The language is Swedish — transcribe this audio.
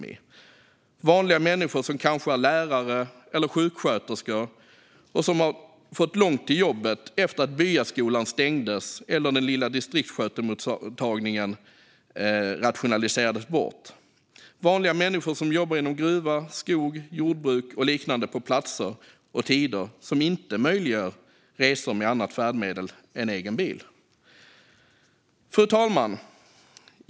Det handlar om vanliga människor som kanske är lärare eller sjuksköterskor och som har fått långt till jobbet efter att byaskolan stängdes eller den lilla distriktssköterskemottagningen rationaliserades bort. Det är vanliga människor som jobbar inom gruva, skog, jordbruk och liknande på platser och tider som inte möjliggör resor med annat färdmedel än egen bil. Fru talman!